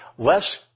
Less